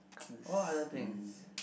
what other things